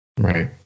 Right